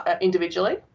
individually